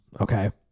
okay